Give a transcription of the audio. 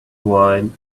wine